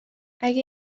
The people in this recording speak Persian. اگه